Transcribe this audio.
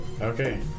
Okay